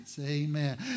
amen